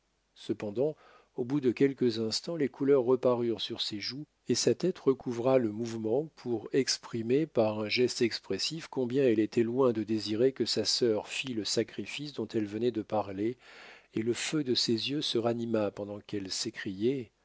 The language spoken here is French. cependant au bout de quelques instants les couleurs reparurent sur ses joues et sa tête recouvra le mouvement pour exprimer par un geste expressif combien elle était loin de désirer que sa sœur fît le sacrifice dont elle venait de parler et le feu de ses yeux se ranima pendant qu'elle s'écriait